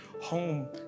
home